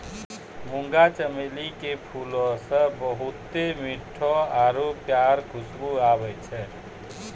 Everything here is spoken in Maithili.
मुंगा चमेली के फूलो से बहुते मीठो आरु प्यारा खुशबु आबै छै